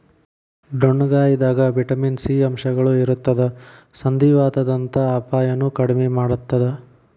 ಡೊಣ್ಣಗಾಯಿದಾಗ vitamin C ಅಂಶಗಳು ಇರತ್ತದ ಸಂಧಿವಾತದಂತ ಅಪಾಯನು ಕಡಿಮಿ ಮಾಡತ್ತದ